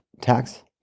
tax